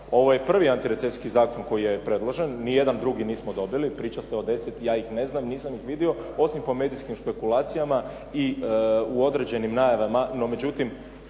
ovaj prvi antirecesijski zakon koji je predložen, nijedan drugi nismo dobili. Priča se o deset, ja ih ne znam, nisam ih vidio osim po medijskim špekulacijama i u određenim najavama. No međutim,